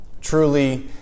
Truly